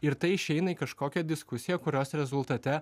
ir tai išeina į kažkokią diskusiją kurios rezultate